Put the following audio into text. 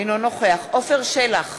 אינו נוכח עפר שלח,